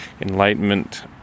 enlightenment